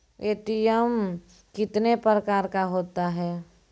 ATM कितने प्रकार का होता हैं?